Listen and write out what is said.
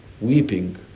weeping